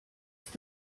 ist